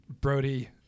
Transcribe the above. Brody